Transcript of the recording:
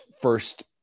first